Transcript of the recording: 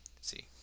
see